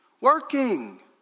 Working